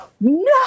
no